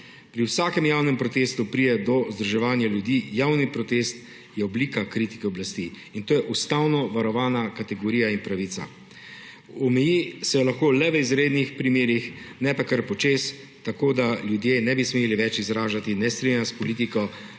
Pri vsakem javnem protestu pride do združevanja ljudi, javni protest je oblika kritike oblasti. In to je ustavno varovana kategorija in pravica. Omeji se jo lahko le v izrednih primerih, ne pa kar počez tako, da ljudje ne bi smeli več izražati nestrinjanja s politiko